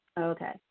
Okay